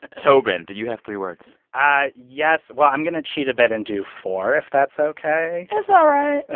tobin, do you have three words? yes. well, i'm going to cheat a bit and do four if that's ok and it's all right ah